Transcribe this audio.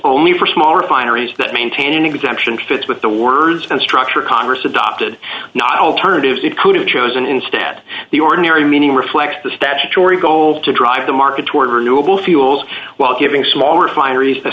only for small refineries that maintain an exemption fits with the words and structure congress adopted not alternatives it could have chosen instead the ordinary meaning reflects the statutory goal to drive the market toward renewable fuels while giving small refineries a